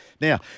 Now